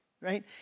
right